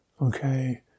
okay